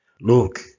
Look